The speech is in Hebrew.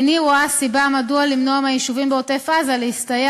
איני רואה סיבה למנוע מהיישובים בעוטף-עזה להסתייע